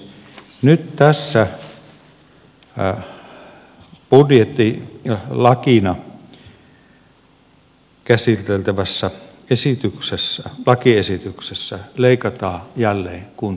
nyt tässä budjettilakina käsiteltävässä lakiesityksessä leikataan jälleen kuntien valtionosuuksia